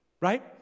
right